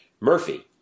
Murphy